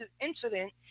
incident